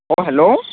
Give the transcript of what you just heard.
অ' hello